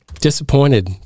disappointed